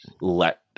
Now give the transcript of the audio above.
let